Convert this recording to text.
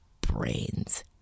brains